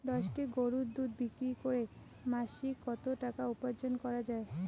দশটি গরুর দুধ বিক্রি করে মাসিক কত টাকা উপার্জন করা য়ায়?